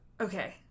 Okay